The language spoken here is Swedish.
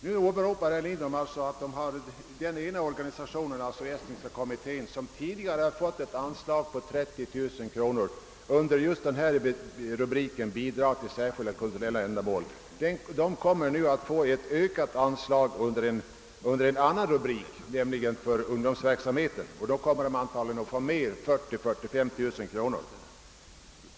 Nu åberopar herr Lindholm att den ena organisationen, Estniska kommittén, som tidigare fått ett anslag på 30 000 kronor under rubriken Bidrag till särskilda kulturella ändamål, nu kommer att få ett ökat anslag under en annan rubrik, nämligen Bidrag till ungdomsorganisationernas centrala verksamhet. Detta anslag kommer antagligen att ökas till 40 000—45 000 kronor.